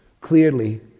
clearly